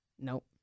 Nope